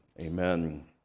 Amen